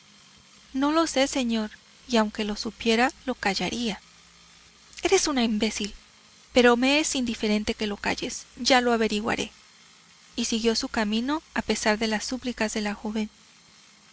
no lo sé señor y aunque lo supiera lo callaría eres una imbécil pero me es indiferente que lo calles yo lo averiguaré y siguió su camino a pesar de las súplicas de la